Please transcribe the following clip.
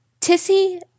Tissy